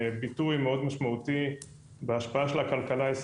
הכלכלה הישראלית תוך כדי משבר הקורונה.